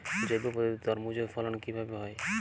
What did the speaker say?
জৈব পদ্ধতিতে তরমুজের ফলন কিভাবে হয়?